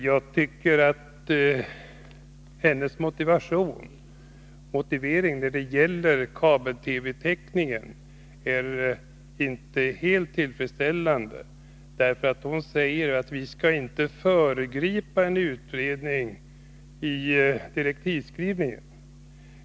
Jag tycker att hennes motivering när det gäller kabel-TV-täckningen inte är helt tillfredsställande. Hon säger att vi inte skall föregripa utredningen genom direktivskrivningen.